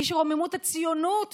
מי שרוממות הציונות בגרונם,